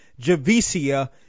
Javicia